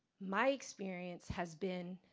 my experience has been,